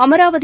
Amaravathi